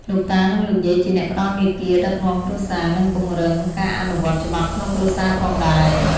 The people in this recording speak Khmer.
លោកតា និងលោកយាយជាអ្នកផ្តល់មាគ៌ាដឹកនាំគ្រួសារ និងពង្រឹងការអនុវត្តច្បាប់ក្នុងគ្រួសារផងដែរ។